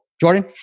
Jordan